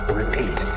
repeat